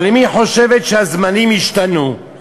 אבל אם היא חושבת שהזמנים השתנו,